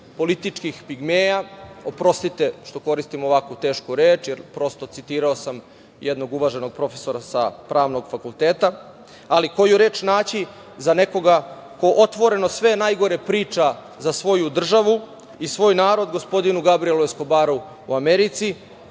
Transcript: političkih pigmeja, oprostite što koristim ovako tešku reč, jer, prosto, citirao sam jednog uvaženog profesora sa pravnog fakulteta, ali koju reč naći za nekoga ko otvoreno sve najgore priča za svoju državu i svoj narod, gospodinu Gabrijelu Eskobaru u Americi,